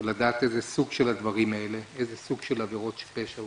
לדעת איזה סוג של עבירות פשע.